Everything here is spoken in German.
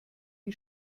die